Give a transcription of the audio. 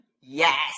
Yes